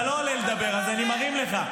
--- אתה לא עולה לדבר אז אני מרים לך.